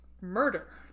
murder